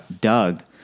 doug